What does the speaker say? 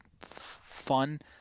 fun